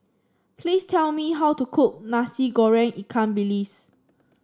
please tell me how to cook Nasi Goreng Ikan Bilis